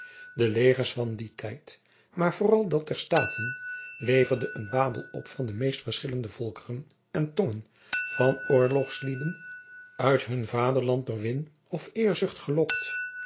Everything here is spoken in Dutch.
de legers van dien tijd maar vooral dat der staten leverde een babel op van de meest verschillende volkeren en tongen van oorlogslieden uit hun vaderland door win of eerzucht uitgelokt